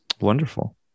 Wonderful